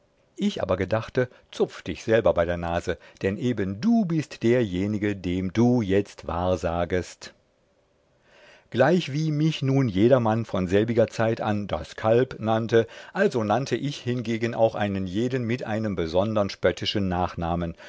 ich aber gedachte zupf dich selber bei der nase dann eben du bist derjenige dem du jetzt wahrsagest gleichwie mich nun jedermann von selbiger zeit an das kalb nannte also nannte ich hingegen auch einen jeden mit einem besondern spöttischen nachnamen